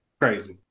Crazy